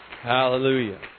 Hallelujah